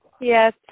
Yes